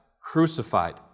crucified